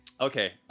Okay